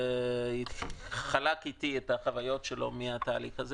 והוא חלק איתי את החוויות שלו מהתהליך הזה